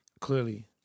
clearly